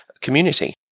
community